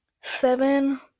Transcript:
seven